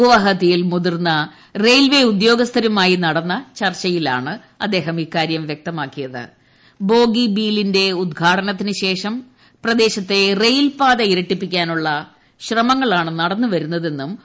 ഗുവാഹത്തിയിൽ മുതിർന്ന റയിൽവേ ഉദ്യോഗസ്ഥരുമായ്പ്പ് നീടുന്ന ചർച്ചയിലാണ് അദ്ദേഹം ഇക്കാര്യം വ്യക്തമാക്കിയത്ത് ബോഗി ബീലിന്റെ ഉദ്ഘാടനത്തിനുശേഷം പ്രദേശ്ശിത്ത് റയിൽപാത ഇരട്ടിപ്പിക്കാനുള്ള ശ്രമങ്ങളൂർണ്ട് നട്ന്നുവരുന്നതെന്നും ശ്രീ